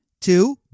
Two